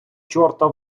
чорта